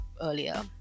earlier